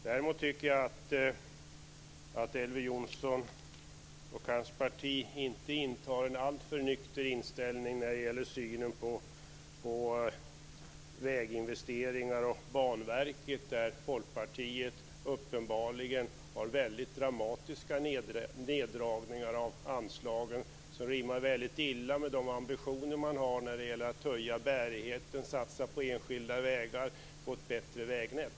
Däremot tycker jag inte att Elver Jonsson och hans parti har en alltför nykter inställning till väginvesteringar och Banverket. Folkpartiet föreslår där uppenbarligen mycket dramatiska neddragningar av anslagen, som rimmar väldigt illa med de ambitioner man har när det gäller att höja bärigheten, satsa på enskilda vägar och få till stånd ett bättre vägnät.